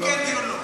דיון כן, דיון לא.